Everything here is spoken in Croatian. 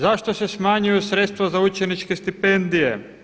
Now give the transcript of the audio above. Zašto se smanjuju sredstva za učeničke stipendije?